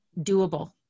Doable